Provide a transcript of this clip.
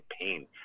pain